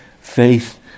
Faith